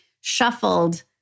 shuffled